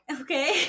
okay